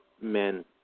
men